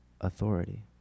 authority